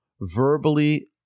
verbally